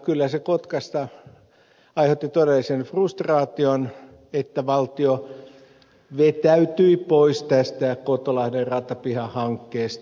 kyllä se kotkassa aiheutti todellisen frustraation että valtio vetäytyi pois tästä kotolahden ratapihahankkeesta